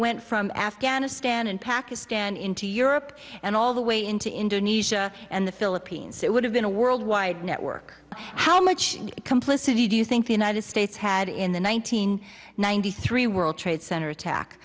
went from afghanistan and pakistan into europe and all the way into indonesia and the philippines it would have been a worldwide network how much complicity do you think the united states had in the one nine hundred ninety three world trade center attack